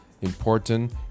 important